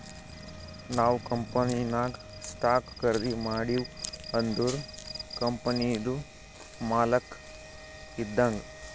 ನಾವ್ ಕಂಪನಿನಾಗ್ ಸ್ಟಾಕ್ ಖರ್ದಿ ಮಾಡಿವ್ ಅಂದುರ್ ಕಂಪನಿದು ಮಾಲಕ್ ಇದ್ದಂಗ್